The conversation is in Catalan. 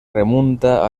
remunta